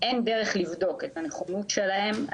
אין דרך לבדוק את הנכונות שלהם,